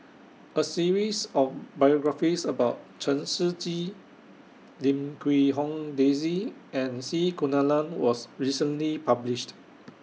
A series of biographies about Chen Shiji Lim Quee Hong Daisy and C Kunalan was recently published